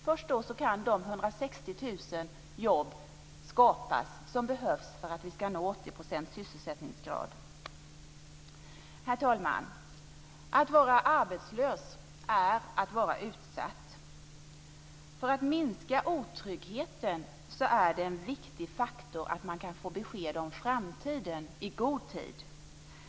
Först då kan de 160 000 jobb skapas som behövs för att vi ska nå 80 % sysselsättningsgrad. Herr talman! Att vara arbetslös är att vara utsatt. För att minska otryggheten är det en viktig faktor att man i god tid kan få besked om framtiden.